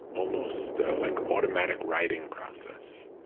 almost like automatic writing process,